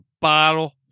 bottle